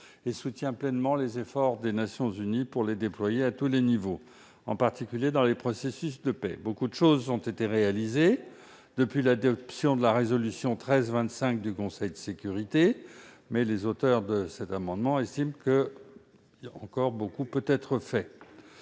et soutient pleinement les efforts des Nations unies pour les déployer à tous les niveaux, en particulier dans les processus de paix. Si beaucoup de choses ont été réalisées depuis l'adoption de la résolution 1325 du Conseil de sécurité, les auteurs de cet amendement estiment que beaucoup peut encore être fait.